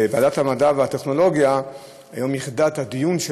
ועדת המדע והטכנולוגיה ייחדה היום את הדיון,